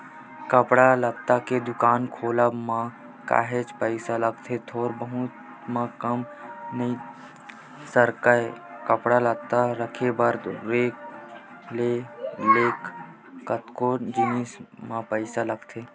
कपड़ा लत्ता के दुकान खोलब म काहेच पइसा लगथे थोर बहुत म काम नइ सरकय कपड़ा लत्ता रखे बर रेक ले लेके कतको जिनिस म पइसा लगथे